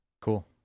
Cool